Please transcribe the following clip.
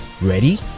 Ready